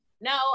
No